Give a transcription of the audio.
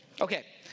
Okay